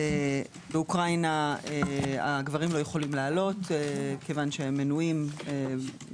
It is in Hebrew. באוקראינה הגברים לא יכולים לעלות זה